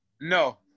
No